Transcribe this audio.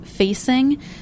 Facing